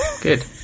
Good